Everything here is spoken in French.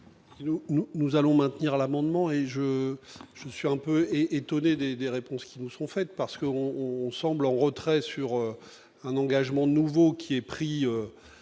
nous allons maintenir l'amendement et je je suis un peu étonné des des réponses qui nous serons faites parce que on on semble en retrait sur un engagement nouveau qui est pris